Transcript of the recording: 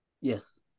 Yes